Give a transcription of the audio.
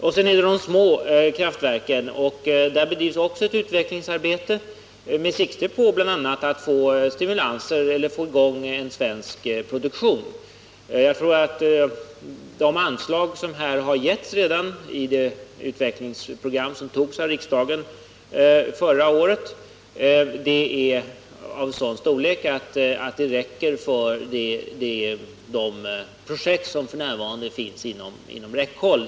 Vidare bedrivs ett utvecklingsarbete när det gäller de små vindkraftverken, med sikte på bl.a. att få i gång en svensk produktion. Jag tror att de anslag som redan har getts enligt det utvecklingsprogram som antogs av riksdagen förra året är av sådan storlek att det räcker för de projekt som f.n. finns inom räckhåll.